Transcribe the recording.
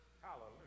Hallelujah